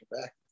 back